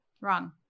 Wrong